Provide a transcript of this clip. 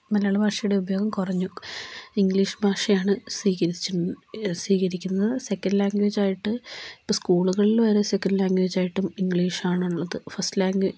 മലയാള ഭാഷയുടെ ഉപയോഗം കുറഞ്ഞു ഇംഗ്ലീഷ് ഭാഷയാണ് സ്വീകരിച്ച് സ്വീകരിക്കുന്നത് സെക്കൻഡ് ലാംഗ്വേജ് ആയിട്ട് ഇപ്പോൾ സ്കൂളുകളിൽ വരെ സെക്കൻഡ് ലാംഗ്വേജായിട്ടും ഇംഗ്ലീഷാണുള്ളത് ഫസ്റ്റ് ലാംഗ്വേജ്